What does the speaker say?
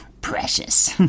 Precious